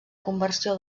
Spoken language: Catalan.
conversió